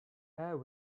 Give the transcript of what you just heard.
air